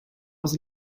was